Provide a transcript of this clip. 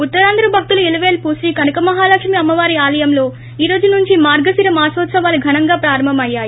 ఉత్తరాంధ్ర భక్తుల ఇలవేలుపు శ్రీ కనకమహాలక్ష్మి అమ్మవారి ఆలయంలో ఈ రోజు నుంచి మార్గశిర మానోత్సవాలు ఘనంగా ప్రారంభం అయ్యాయి